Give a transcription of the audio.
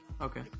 Okay